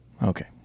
Okay